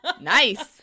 nice